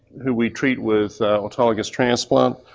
who we treat with autologous transplant.